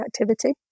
activity